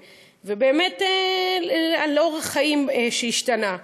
ובאמת על אורח החיים שהשתנה.